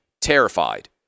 terrified